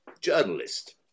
journalist